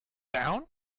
down